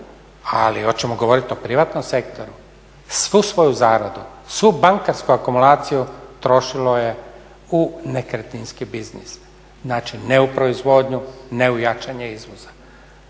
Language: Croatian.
ali hoćemo govoriti o privatnom sektoru. Svu svoju zaradu, svu bankarsku akumulaciju trošilo je u nekretninski biznis. Znači, ne u proizvodnju, ne u jačanje izvoza.